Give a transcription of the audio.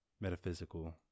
metaphysical